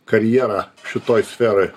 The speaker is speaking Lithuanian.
karjera šitoj sferoj